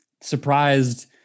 surprised